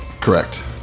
Correct